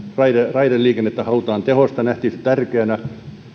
raideliikennettä halutaan tehostaa nähtiin se tärkeänä